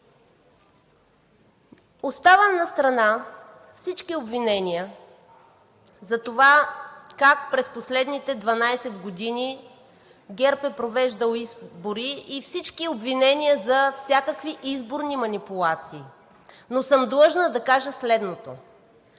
Оставям настрана всички обвинения за това как през последните 12 години ГЕРБ са провеждали избори и всички обвинения за всякакви изборни манипулации. Но съм длъжна да кажа следното: